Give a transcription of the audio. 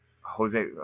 Jose